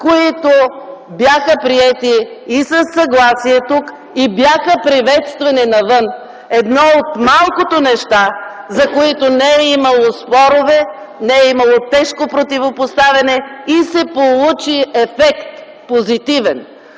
които бяха приети и със съгласие тук, и бяха приветствани навън. Едно от малките неща, за които не е имало спорове, не е имало тежко противопоставяне и се получи позитивен